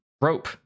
rope